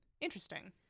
Interesting